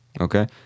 Okay